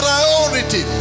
priority